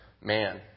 man